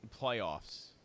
playoffs